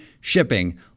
shipping